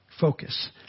Focus